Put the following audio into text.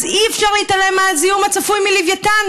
אז אי-אפשר להתעלם מהזיהום הצפוי מלווייתן,